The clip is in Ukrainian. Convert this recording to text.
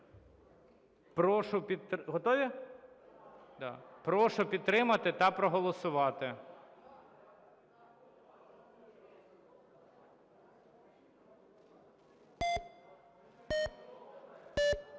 Прошу підтримати та проголосувати.